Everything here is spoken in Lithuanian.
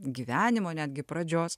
gyvenimo netgi pradžios